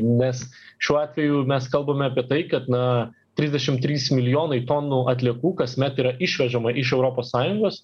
nes šiuo atveju mes kalbame apie tai kad na trisdešim trys milijonai tonų atliekų kasmet yra išvežama iš europos sąjungos